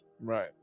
Right